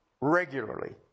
regularly